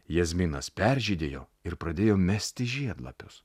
jazminas peržydėjo ir pradėjo mesti žiedlapius